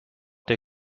der